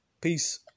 Peace